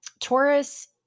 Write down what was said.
Taurus